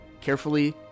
Carefully